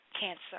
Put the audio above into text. cancer